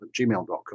gmail.com